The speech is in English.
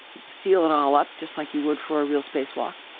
you seal it all up just like you would for a real spacewalk,